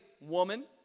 woman